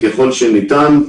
ככל שניתן,